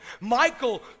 Michael